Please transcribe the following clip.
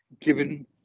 given